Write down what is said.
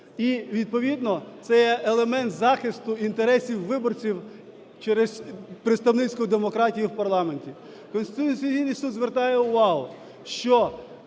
І відповідно це є елемент захисту інтересів виборців через представницьку демократію в парламенті. Конституційний Суд звертає увагу, що